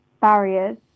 barriers